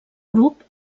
grup